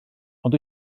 ond